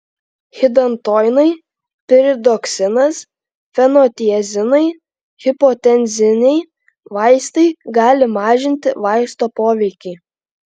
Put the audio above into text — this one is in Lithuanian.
hidantoinai piridoksinas fenotiazinai hipotenziniai vaistai gali mažinti vaisto poveikį